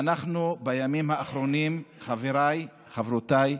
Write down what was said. בימים האחרונים, חבריי, חברותיי,